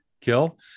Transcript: kill